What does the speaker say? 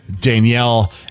Danielle